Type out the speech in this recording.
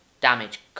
damage